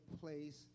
place